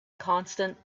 constant